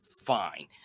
fine